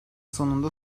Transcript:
sonunda